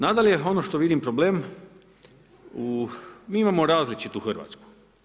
Nadalje ono što vidim problem, mi imamo različitu Hrvatsku.